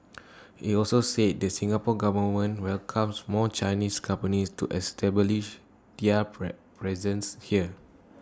he also said the Singapore Government welcomes more Chinese companies to establish their pre presence here